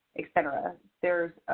et cetera. there's